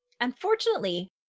Unfortunately